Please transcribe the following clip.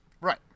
right